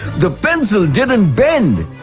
the pencil didn't bend.